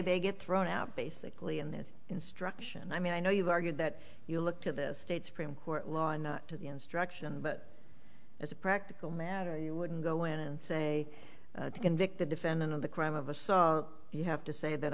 they get thrown out basically in this instruction i mean i know you've argued that you look to this state supreme court law and to the instruction but as a practical matter you wouldn't go in and say to convict the defendant of the crime of a song you have to say that